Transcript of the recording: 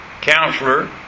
Counselor